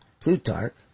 Plutarch